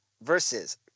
versus